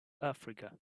africa